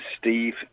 Steve